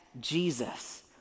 Jesus